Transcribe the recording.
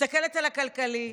מסתכלת על הכלכלי,